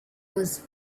was